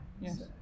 Yes